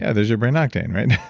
yeah there's a brain octane